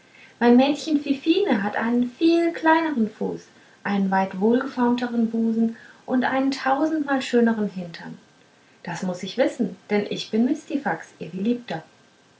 mein mädchen fifine hat einen viel kleinern fuß einen weit wohlgeformtern busen und einen tausendmal schönern hintern das muß ich wissen denn ich bin mistifax ihr geliebter